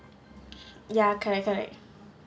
ya correct correct